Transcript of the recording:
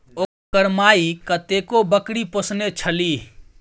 ओकर माइ कतेको बकरी पोसने छलीह